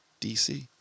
DC